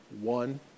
one